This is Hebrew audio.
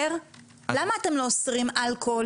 למה אתם לא אוסרים אלכוהול,